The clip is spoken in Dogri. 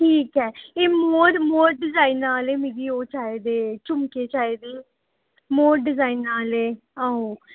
ठीक ऐ ते मोर मोर डिजाइना आह्ले मिगी ओह् चाहिदे झुमके चाहिदे मोर डिजाइना आह्ले आहो